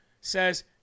says